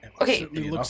Okay